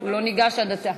הוא לא ניגש עד עתה.